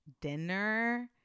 dinner